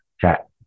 Chat